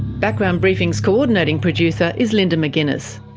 background briefing's coordinating producer is linda mcginness,